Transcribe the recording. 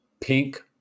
pink